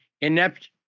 inept –